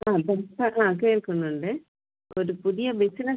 ആ ഇപ്പം പറ സാറെ കേൾക്കുന്നുണ്ട് ഒരു പുതിയ ബിസിനസ്സ്